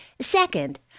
Second